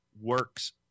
works